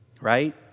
right